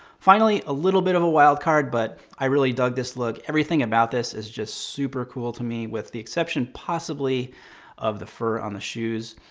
finally, a little bit of a wild card, but i really dug this look. everything about this is just super cool to me, with the exception possibly of the fur on the shoes.